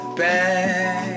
back